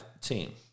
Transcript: team